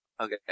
okay